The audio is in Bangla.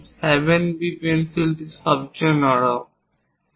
এবং 7B পেন্সিলগুলি সবচেয়ে নরম